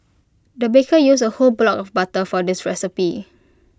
the baker used A whole block of butter for this recipe